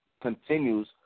continues